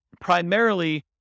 primarily